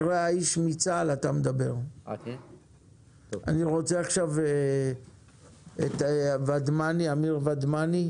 אני רוצה שתתן לנו סקירה ממש תמציתית מה המיקוד של המאמצים שלכם.